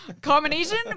combination